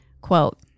quote